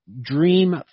dream